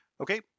Okay